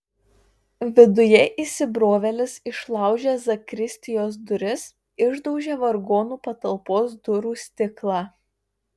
viduje įsibrovėlis išlaužė zakristijos duris išdaužė vargonų patalpos durų stiklą